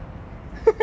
baked rice is it